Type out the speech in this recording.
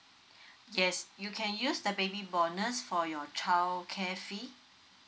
yes you can use the baby bonus for your childcare fee